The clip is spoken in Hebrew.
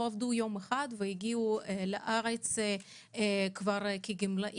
עבדו יום אחד והגיעו לארץ כגמלאים.